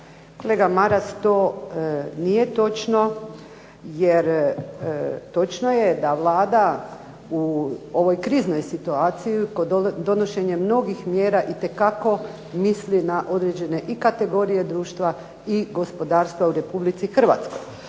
Kolega Maras to nije točno, jer točno je da Vlada u ovoj kriznoj situaciji kod donošenja mnogo mjera itekako misli i na određene kategorije društva i gospodarstvo u Republici HRvatskoj.